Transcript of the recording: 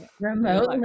remote